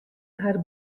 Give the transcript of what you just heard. har